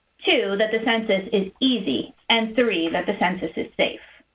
two, that the census is easy. and three, that the census is safe.